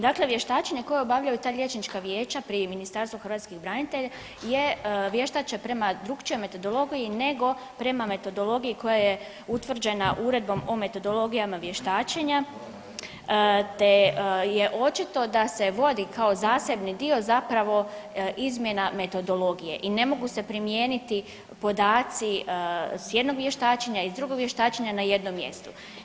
Dakle, vještačenja koje obavljaju ta liječnička vijeća pri Ministarstvu hrvatskih branitelja je vještače prema drukčijoj metodologiji nego prema metodologiji koja je utvrđena Uredbom o metodologijama vještačenja, te je očito da se vodi kao zasebni dio zapravo izmjena metodologije i ne mogu se primijeniti podaci s jednog vještačenja i s drugog vještačenja na jednom mjestu.